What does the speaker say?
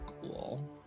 Cool